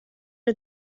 are